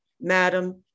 Madam